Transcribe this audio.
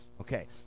Okay